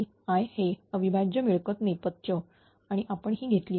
KI हे अविभाज्य मिळकत नेपथ्य आणि आपण हे घेतली आहे